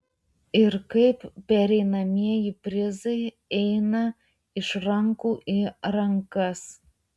ir kaip pereinamieji prizai eina iš rankų į rankas